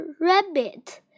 rabbit